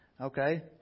Okay